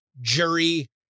jury